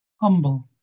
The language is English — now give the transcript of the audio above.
humble